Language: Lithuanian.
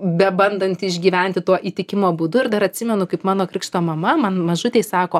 bebandanti išgyventi tuo įtikimo būdu ir dar atsimenu kaip mano krikšto mama man mažutei sako